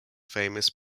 famous